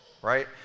Right